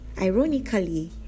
Ironically